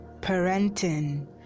Parenting